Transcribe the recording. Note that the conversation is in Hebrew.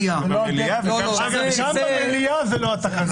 וגם בגלל האמירות שהוא אמר בעצמו.